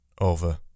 over